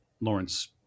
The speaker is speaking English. Lawrence